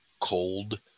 cold